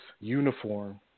uniform